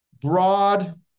broad